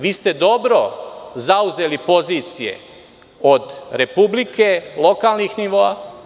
Vi ste dobro zauzeli pozicije od Republike, lokalnih nivoa.